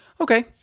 okay